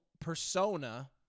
persona